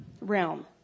realm